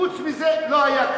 חוץ מזה לא היה כלום.